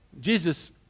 Jesus